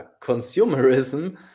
consumerism